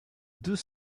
deux